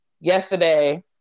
yesterday